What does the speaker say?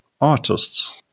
artists